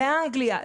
לאנגליה,